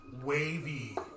wavy